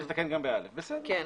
אז צריך לתקן גם ב-(א), בסדר.